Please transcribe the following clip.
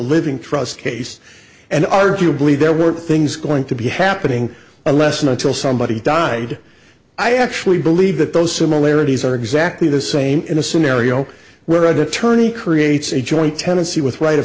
living trust case and arguably there were things going to be happening unless and until somebody died i actually believe that those similarities are exactly the same in a scenario where i'd attorney creates a joint tenancy with ri